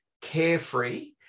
carefree